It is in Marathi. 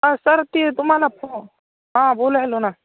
हा सर ती तुम्हाला फो हां बोला हॅलो ना